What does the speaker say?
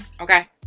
okay